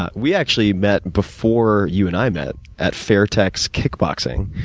ah we actually met before you and i met, at fairtex kickboxing.